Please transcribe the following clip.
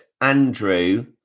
Andrew